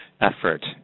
effort